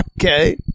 Okay